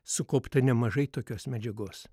sukaupta nemažai tokios medžiagos